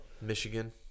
Michigan